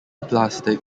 plastic